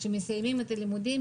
שמסיימים את הלימודים,